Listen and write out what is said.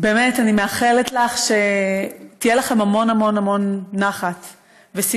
באמת אני מאחלת לך שיהיו לכם המון המון המון נחת ושמחה.